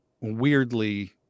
weirdly